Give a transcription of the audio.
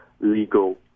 legal